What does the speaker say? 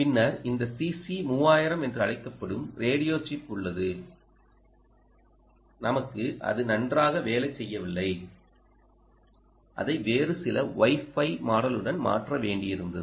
பின்னர் இந்த சிசி 3000 என்று அழைக்கப்படும் ரேடியோ சிப் உள்ளது நமக்கு அது நன்றாக வேலை செய்யவில்லை அதை வேறு சில Wi Fi மாடலுடன் மாற்ற வேண்டியிருந்தது